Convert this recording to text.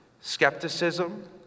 skepticism